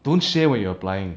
don't share when you're applying